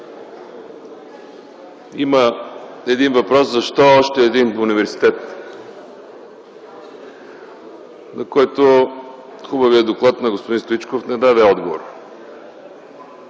има един въпрос: „Защо още един университет?”, на който хубавият доклад на господин Стоичков не даде отговор.